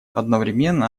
одновременно